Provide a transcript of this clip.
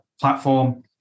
platform